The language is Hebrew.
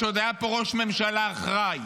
כשעוד היה פה ראש ממשלה אחראי,